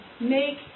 Make